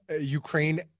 Ukraine